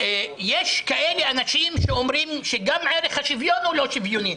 יש כאלה אנשים שאומרים שגם ערך השוויון הוא לא שוויוני.